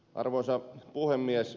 arvoisa puhemies